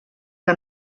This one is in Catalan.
que